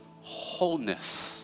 wholeness